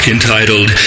entitled